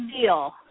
deal